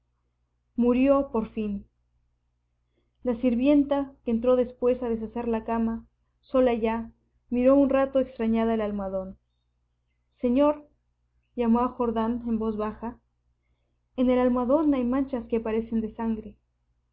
murió por fin la sirvienta que entró después a deshacer la cama sola ya miró un rato extrañada el almohadón señor llamó a jordán en voz baja en el almohadón hay manchas que parecen de sangre